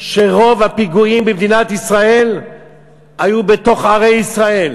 שרוב הפיגועים במדינת ישראל היו בתוך ערי ישראל,